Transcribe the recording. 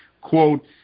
quote